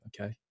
okay